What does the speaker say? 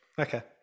Okay